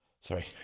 sorry